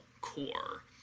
core